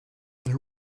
who